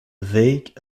vague